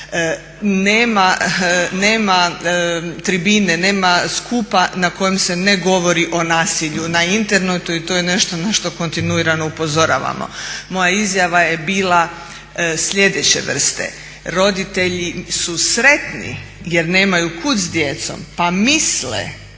Nema tribine, nema skupa na kojem se govori o nasilju, na internetu i to je nešto na što kontinuirano upozoravamo. Moja izjava je bila sljedeće vrste, roditelji su sretni jer nemaju kud s djecom pa misle